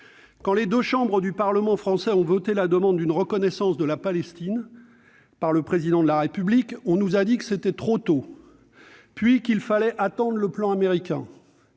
Quand les deux chambres du Parlement français ont voté la demande d'une reconnaissance de la Palestine par le Président de la République, on nous a dit que c'était trop tôt, puis qu'il fallait attendre le plan américain.